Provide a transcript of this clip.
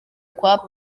kwa